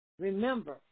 Remember